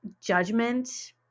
judgment